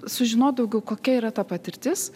sužinot daugiau kokia yra ta patirtis